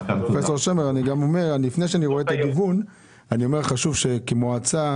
פרופ' שמר, חשוב שכמועצה